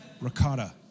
ricotta